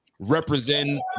represent